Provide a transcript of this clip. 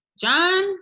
John